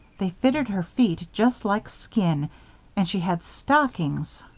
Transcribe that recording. they fitted her feet just like skin and she had stockings